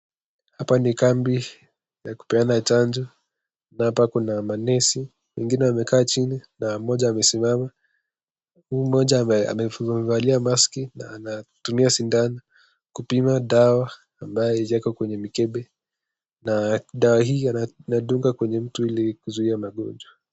Hapa ni kambi ya kupeana chanjo ,hapa kuna manesi wengine wamekaa chini pana mmoja amesimama ,huyu mmoja amevalia maski na anatumia sidano kupima dawa ambayo haijawekwa kwenye mikebe na dawa hii inadungwa kwenye mtu ili kuzuia magonjwa.